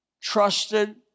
trusted